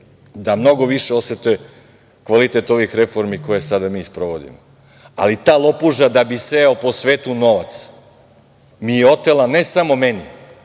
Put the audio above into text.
da mnogo više osete kvalitet ovih reformi koje sada mi sprovodimo. Ali, ta lopuža, da bi sejao po svetu novac, mi je otela, ne samo meni,